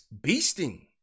beasting